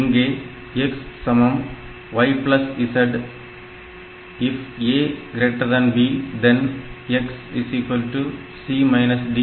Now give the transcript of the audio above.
இங்கே x yz if a b then x c d